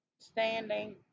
standing